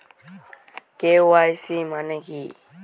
KYC মানে কী?